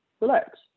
relax